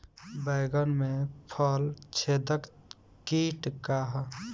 बैंगन में फल छेदक किट का ह?